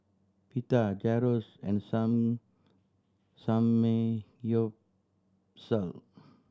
Pita Gyros and some Samgyeopsal